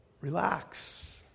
Relax